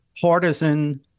partisan